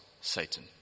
Satan